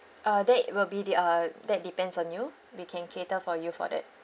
uh that will be the uh that depend on you we can cater for you for that